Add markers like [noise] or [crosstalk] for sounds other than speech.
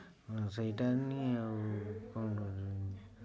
ସେଇଟା ନି ଆଉ [unintelligible]